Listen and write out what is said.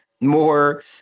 more